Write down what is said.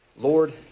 Lord